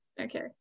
Okay